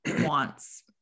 wants